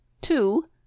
two